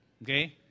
Okay